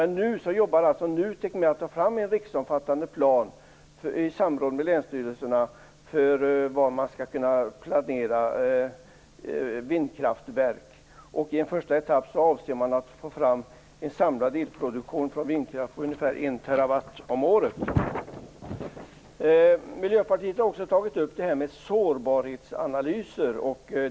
Men nu arbetar NUTEK i samråd med länsstyrelserna med att ta fram en riksomfattande plan för placering av vindkraftverk. I en första etapp avser man att få fram en samlad elproduktion från vindkraft på ca 1 TWh om året. Miljöpartiet har också tagit upp detta med sårbarhetsanalyser.